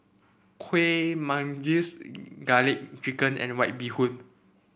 Kueh Manggis garlic chicken and White Bee Hoon